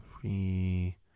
three